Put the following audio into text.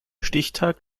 stichtag